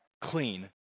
clean